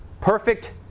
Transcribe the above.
Perfect